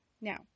Now